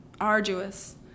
arduous